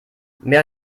mehr